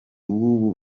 b’ubu